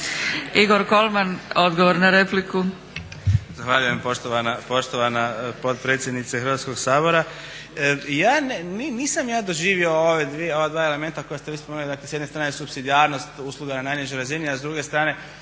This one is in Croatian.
**Kolman, Igor (HNS)** Zahvaljujem poštovana potpredsjednice Hrvatskog sabora. Nisam ja doživio ova dva elementa koja ste vi spomenuli, dakle s jedne strane supsidijarnost usluga na najnižoj razini, a s druge strane